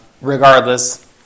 Regardless